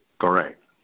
Correct